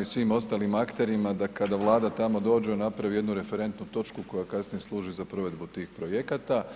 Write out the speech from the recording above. i svim ostalim akterima da kada Vlada tamo dođe napravi jednu referentnu točku koja kasnije služi za provedbu tih projekata.